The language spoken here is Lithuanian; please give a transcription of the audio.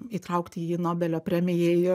įtraukti į nobelio premijai